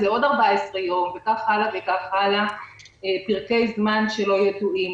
זה עוד 14 יום וכך הלאה פרקי זמן שלא ידועים.